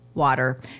Water